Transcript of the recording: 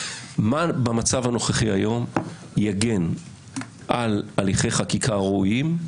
מה במצב הנוכחי היום יגן על הליכי חקיקה ראויים,